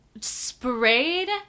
sprayed